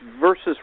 versus